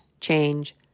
change